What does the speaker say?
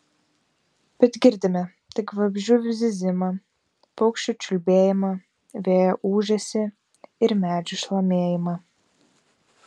bet girdime tik vabzdžių zyzimą paukščių čiulbėjimą vėjo ūžesį ir medžių šlamėjimą